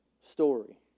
story